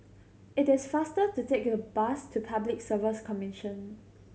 it is faster to take the bus to Public Service Commission